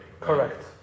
Correct